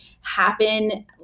happen